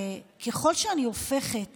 ככל שאני הופכת